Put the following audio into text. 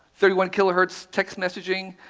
thirty one kilohertz text messaging,